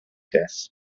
death